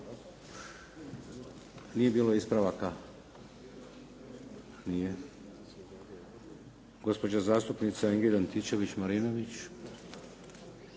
Nije bilo ispravaka. Gospođa zastupnica Ingrid Antičević-Marinović.